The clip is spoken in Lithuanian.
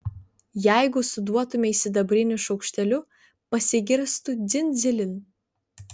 jeigu suduotumei sidabriniu šaukšteliu pasigirstų dzin dzilin